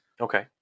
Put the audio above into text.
Okay